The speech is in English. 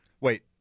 Wait